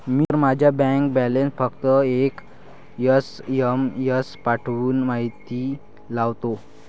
मी तर माझा bank balance फक्त एक एस.एम.एस पाठवून माहिती लावतो